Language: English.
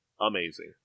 amazing